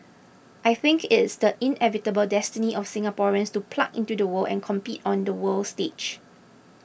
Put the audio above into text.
I think it's the inevitable destiny of Singaporeans to plug into the world and compete on the world stage